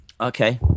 okay